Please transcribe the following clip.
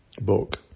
book